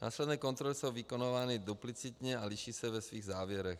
Následné kontroly jsou vykonávány duplicitně a liší se ve svých závěrech.